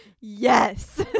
Yes